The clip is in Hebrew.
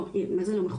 לא, מה זה לא מחויבת?